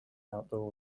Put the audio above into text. outdoors